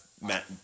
Matt